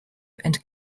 and